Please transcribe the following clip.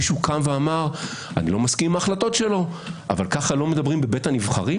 מישהו אמר: אני לא מסכים עם החלטותיו אבל כך לא מדברים בבית הנבחרים?